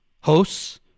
hosts